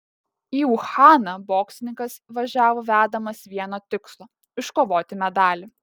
į uhaną boksininkas važiavo vedamas vieno tikslo iškovoti medalį